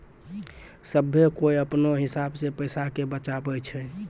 सभ्भे कोय अपनो हिसाब से पैसा के बचाबै छै